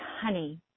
honey